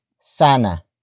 sana